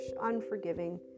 unforgiving